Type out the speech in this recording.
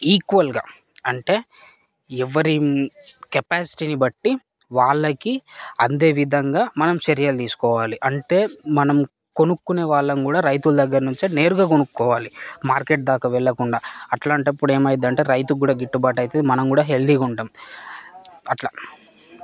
ఈక్వల్గా అంటే ఎవరి కెపాసిటీని బట్టి వాళ్ళకి అందే విధంగా మనం చర్యలు తీసుకోవాలి అంటే మనం కొనుక్కునే వాళ్ళం కూడా రైతుల దగ్గర్నుంచే నేరుగా కొనుక్కోవాలి మార్కెట్ దాకా వెళ్ళకుండా అట్లాంటప్పుడు ఎమైద్దంటే రైతు కూడా గిట్టుబాటు అవుతుంది మనం కూడా హెల్దిగా ఉంటాం అట్లా